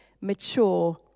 mature